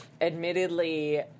admittedly